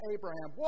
Abraham